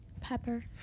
Pepper